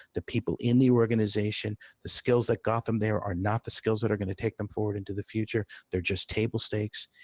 the people in the organization the skills that got them there are not the skills that are going to take them forward into the future. they're just table stakes.